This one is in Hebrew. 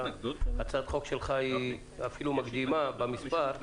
שהצעת החוק שלו אפילו מקדימה במספר,